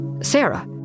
Sarah